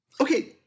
Okay